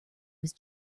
was